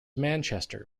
manchester